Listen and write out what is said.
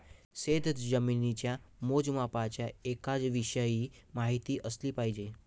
शेतजमिनीच्या मोजमापाच्या एककांविषयी माहिती असली पाहिजे